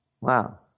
Wow